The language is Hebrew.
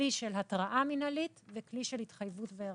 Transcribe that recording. כלי של התראה מינהלית וכלי של התחייבות ועירבון.